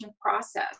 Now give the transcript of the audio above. process